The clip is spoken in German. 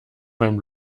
beim